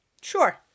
Sure